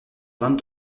vingt